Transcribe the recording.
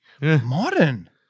Modern